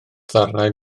ddarnau